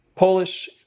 Polish